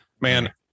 Man